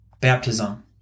baptism